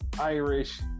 Irish